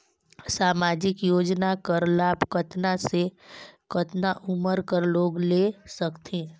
समाजिक योजना कर लाभ कतना से कतना उमर कर लोग ले सकथे?